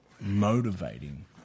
motivating